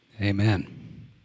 Amen